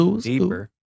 Deeper